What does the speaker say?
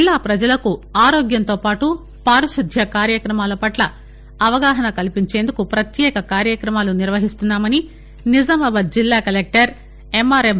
జిల్లా పజలకు ఆరోగ్యంతోపాటు పారిశుద్ద్య కార్యక్రమాల పట్ల అవగాహన కల్పించేందుకు పత్యేక కార్యక్రమాలను నిర్వహిస్తున్నామని నిజామాబాద్ జిల్లా కలెక్టర్ ఎంఆర్ఎం